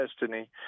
destiny